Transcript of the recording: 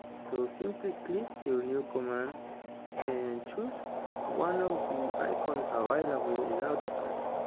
so simply click your new command and choose one of the icons ah available in autocad.